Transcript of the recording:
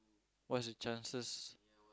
what's the chances